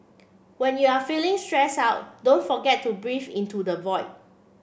when you are feeling stress out don't forget to breathe into the void